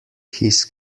his